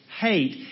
hate